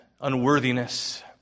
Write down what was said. unworthiness